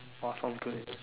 !wah! found two already